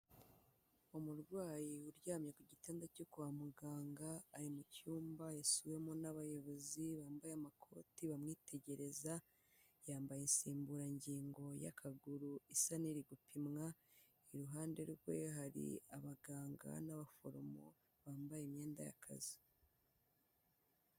Umurwayi uryamye ku gitanda cyo kwa muganga, ari mu cyumba yasuwemo n'abayobozi ,bambaye amakoti bamwitegereza, yambaye insimburangingo y'akaguru isa n'iri gupimwa, iruhande rwe hari abaganga n'abaforomo, bambaye imyenda y'akazi.